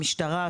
המשטרה,